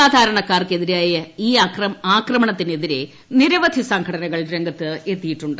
സാധാരണക്കാർക്കെതിരായ ഈ ആക്രമീണ്ണത്തിനെതിരെ നിരവധി സംഘടനകൾ രംഗത്ത് എത്തിയിട്ടുണ്ട്